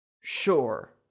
sure